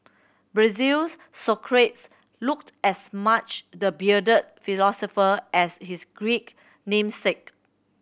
Brazil's looked as much the bearded philosopher as his Greek namesake